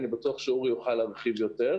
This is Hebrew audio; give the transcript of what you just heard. אני בטוח שאורי יוכל להרחיב יותר.